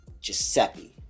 Giuseppe